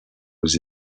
aux